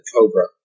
Cobra